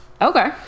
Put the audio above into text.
Okay